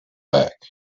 back